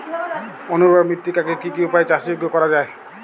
অনুর্বর মৃত্তিকাকে কি কি উপায়ে চাষযোগ্য করা যায়?